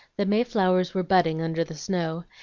the mayflowers were budding under the snow,